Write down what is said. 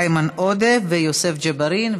איימן עודה ויוסף ג'בארין,